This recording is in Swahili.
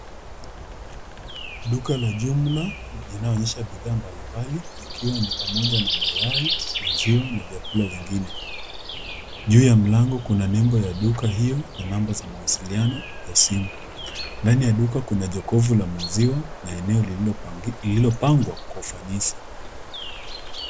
Duka la jumla linaonyesha bidhaa mbalimbali ikiwa ni pamoja na mayai, maziwa na vyakula vingine. Juu ya mlango kuna nembo ya duka hio na namba za mawasiliano za simu. Ndani ya duka kuna jokofu la maziwa na eneo lililopangwa kwa ufanisi.